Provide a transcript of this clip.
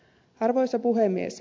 arvoisa puhemies